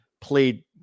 Played